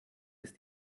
ist